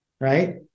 right